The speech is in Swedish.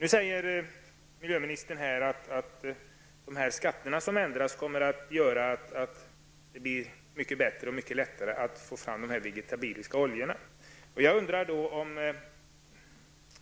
Nu säger miljöministern att den skatteomläggning som görs kommer att medföra att det blir mycket lättare att få fram de vegetabiliska oljorna. Jag undrar om